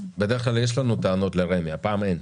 בדרך כלל יש לנו טענות לרמ"י, הפעם אין.